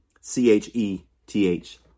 C-H-E-T-H